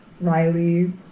Riley